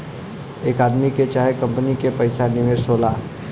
एक आदमी के चाहे कंपनी के पइसा निवेश होला